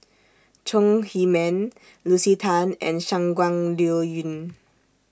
Chong Heman Lucy Tan and Shangguan Liuyun